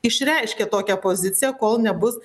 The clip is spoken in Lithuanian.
išreiškė tokią poziciją kol nebus